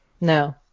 No